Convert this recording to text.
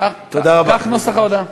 כך נוסח ההודעה.